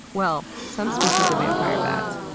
well, some species of vampire bats,